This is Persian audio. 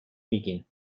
میگین